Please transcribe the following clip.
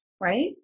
right